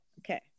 Okay